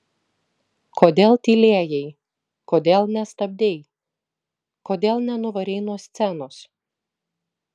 kodėl tylėjai kodėl nestabdei kodėl nenuvarei nuo scenos